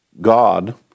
God